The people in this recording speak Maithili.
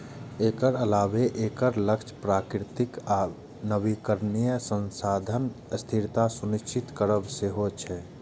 एकर अलावे एकर लक्ष्य प्राकृतिक आ नवीकरणीय संसाधनक स्थिरता सुनिश्चित करब सेहो छै